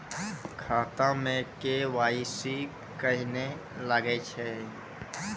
खाता मे के.वाई.सी कहिने लगय छै?